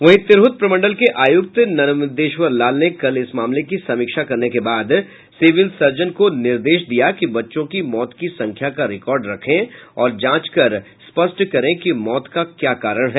वही तिरहत प्रमंडल के आयुक्त नर्मदेश्वर लाल ने कल इस मामले की समीक्षा करने के बाद सिविल सर्जन को निर्देश दिया कि बच्चों की मौत की संख्या का रिकार्ड रखें और जांच कर स्पष्ट करें कि मौत का क्या कारण है